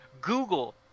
google